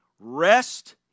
rest